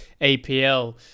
APL